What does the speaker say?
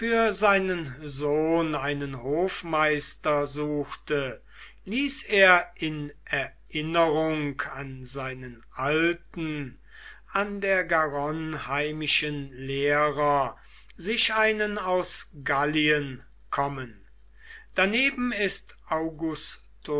seinen sohn einen hofmeister suchte ließ er in erinnerung an seinen alten an der garonne heimischen lehrer sich einen aus gallien kommen daneben ist